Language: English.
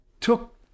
took